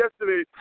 yesterday